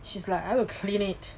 she's like I'll clean it